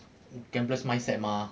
gamblers' mindset mah